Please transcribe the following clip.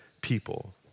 people